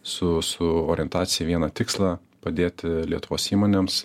su su orientacija į vieną tikslą padėti lietuvos įmonėms